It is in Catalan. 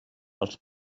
els